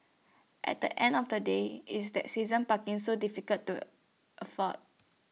at the end of the day is that season parking so difficult to afford